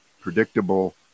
predictable